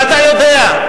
ואתה יודע,